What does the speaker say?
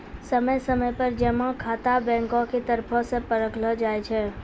समय समय पर जमा खाता बैंको के तरफो से परखलो जाय छै